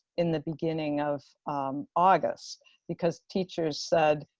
in the beginning of august because teachers said,